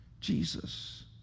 Jesus